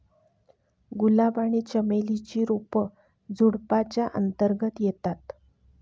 गुलाब आणि चमेली ची रोप झुडुपाच्या अंतर्गत येतात